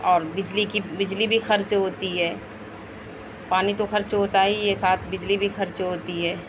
اور بجلی کی بجلی بھی خرچ ہوتی ہے پانی تو خرچ ہوتا ہی ہے ساتھ بجلی بھی خرچ ہوتی ہے